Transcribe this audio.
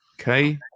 Okay